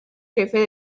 jefe